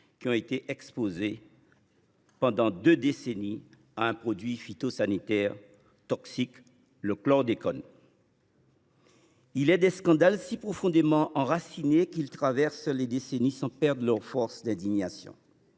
qui ont été exposées, pendant deux décennies, à un produit phytosanitaire toxique : le chlordécone. Il est des scandales si profondément enracinés qu’ils traversent les décennies sans perdre leur capacité